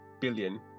billion